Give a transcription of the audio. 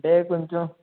అంటే కొంచెం